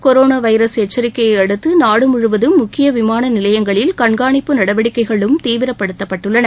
corona virus எச்சரிக்கையை அடுத்து நாடு முழுவதும் முக்கிய விமான நிலையங்களில் கண்காணிப்பு நடவடிக்கைகளும் தீவிரப்படுத்தப்பட்டுள்ளன